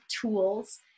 tools